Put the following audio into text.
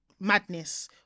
Madness